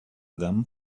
them